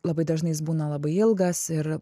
labai dažnai jis būna labai ilgas ir